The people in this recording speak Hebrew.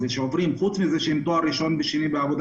חוץ מזה שהם תואר ראשון ושני בעבודה